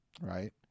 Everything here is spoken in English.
right